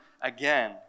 again